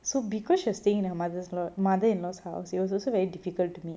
so because she was staying in her mother's law mother in laws house it was also very difficult to meet